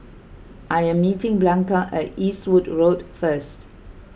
I am meeting Blanca at Eastwood Road first